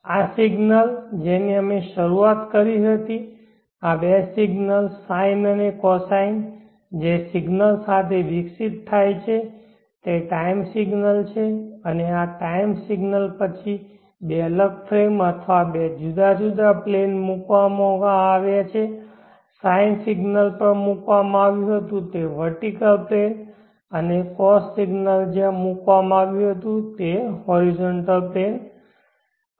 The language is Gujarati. આ સિગ્નલ જેની અમે શરૂઆત કરી હતી આ બે સિગ્નલ sine અને cosine જે સિગ્નલ સાથે વિકસિત થાય છે તે ટાઈમ સિગ્નલ છે અને આ ટાઈમ સિગ્નલ પછી બે અલગ ફ્રેમ અથવા બે જુદા જુદા પ્લેન માં મૂકવામાં આવ્યા હતા sine સિગ્નલ પર મૂકવામાં આવ્યું હતું વેર્ટીકલ પ્લેન અને cos સિગ્નલ હોરિઝોન્ટલ પ્લેન પર મૂકવામાં આવ્યું હતું